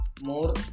more